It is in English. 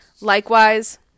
Likewise